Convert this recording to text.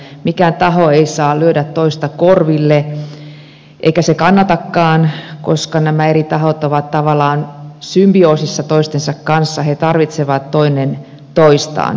mikään taho ei saa lyödä toista korville eikä se kannatakaan koska nämä eri tahot ovat tavallaan symbioosissa toistensa kanssa ne tarvitsevat toinen toistaan